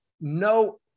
no